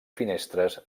finestres